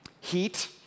heat